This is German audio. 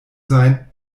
sein